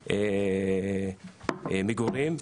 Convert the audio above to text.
מגורים.